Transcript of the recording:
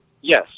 Yes